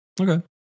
Okay